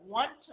one